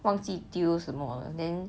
忘记丢什么 then